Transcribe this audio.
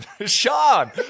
Sean